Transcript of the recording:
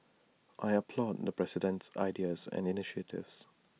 I applaud the president's ideas and initiatives